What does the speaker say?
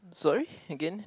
sorry again